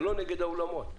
זה לא נגד האולמות,